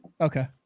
Okay